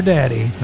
Daddy